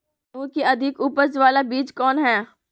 गेंहू की अधिक उपज बाला बीज कौन हैं?